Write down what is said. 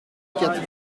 quatre